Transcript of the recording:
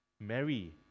Mary